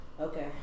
okay